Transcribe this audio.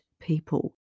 people